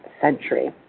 century